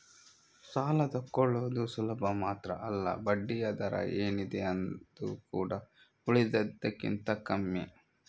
ಸಾಲ ತಕ್ಕೊಳ್ಳುದು ಸುಲಭ ಮಾತ್ರ ಅಲ್ಲ ಬಡ್ಡಿಯ ದರ ಏನಿದೆ ಅದು ಕೂಡಾ ಉಳಿದದಕ್ಕಿಂತ ಕಮ್ಮಿ